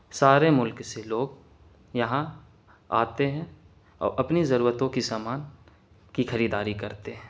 سارے ملک سے لوگ یہاں آتے ہیں اور اپنی ضرورتوں کی سامان کی خریداری کرتے ہیں